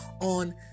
on